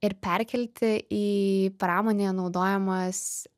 ir perkelti į pramonėje naudojamas